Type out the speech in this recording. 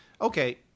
okay